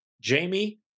Jamie